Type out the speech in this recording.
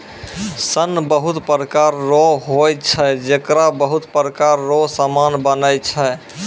सन बहुत प्रकार रो होय छै जेकरा बहुत प्रकार रो समान बनै छै